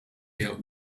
her